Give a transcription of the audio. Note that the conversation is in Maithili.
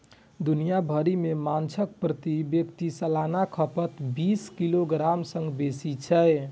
दुनिया भरि मे माछक प्रति व्यक्ति सालाना खपत बीस किलोग्राम सं बेसी छै